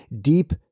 deep